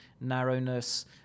narrowness